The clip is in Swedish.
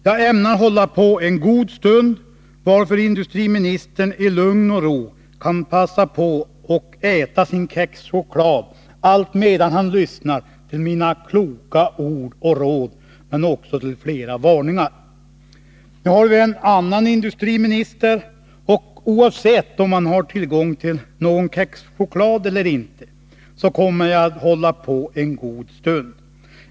”Jag ämnar hålla på en god stund, varför industriministern i lugn och ro kan passa på att äta sin kexchoklad alltmedan han lyssnar till mina kloka ord och råd, men också till flera varningar.” Nu har vi en annan industriminister, och oavsett om han har tillgång till någon kexchoklad eller inte så kommer jag att hålla på en god stund.